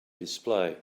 display